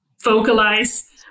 vocalize